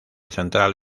central